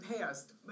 past